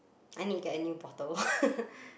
I need get a new bottle